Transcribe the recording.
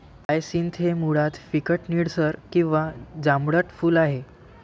hyacinth हे मुळात फिकट निळसर किंवा जांभळट फूल आहे